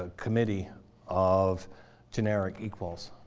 ah committee of generic equals.